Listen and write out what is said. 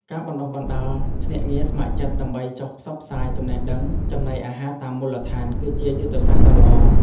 ការបណ្តុះបណ្តាលភ្នាក់ងារស្ម័គ្រចិត្តដើម្បីចុះផ្សព្វផ្សាយចំណេះដឹងចំណីអាហារតាមមូលដ្ឋាន គឺជាយុទ្ធសាស្ត្រដ៏ល្អ។